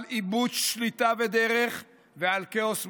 על איבוד שליטה ודרך ועל כאוס מוחלט.